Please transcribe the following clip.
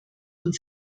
und